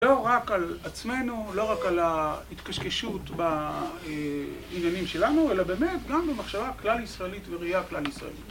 לא רק על עצמנו, לא רק על ההתקשקשות בעניינים שלנו, אלא באמת גם במחשבה כלל-ישראלית וראייה כלל-ישראלית.